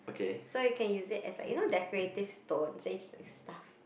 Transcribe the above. so you can use it as like you know decorative stones then you just like stuff